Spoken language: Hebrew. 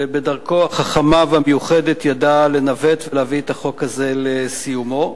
ובדרכו החכמה והמיוחדת ידע לנווט ולהביא את החוק לסיומו,